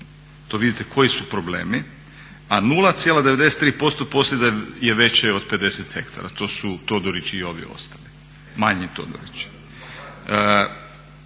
To vidite koji su problemi, a 0,93% posjeda je veće od 50 ha. To su Todorić i ovi ostali manji Todorići.